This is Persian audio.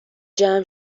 جمع